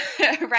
right